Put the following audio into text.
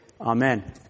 Amen